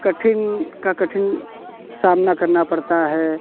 कठिन का कठिन सामना करना पड़ता है